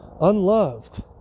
unloved